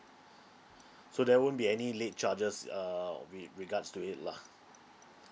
so there won't be any late charges uh with regards to it lah